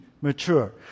mature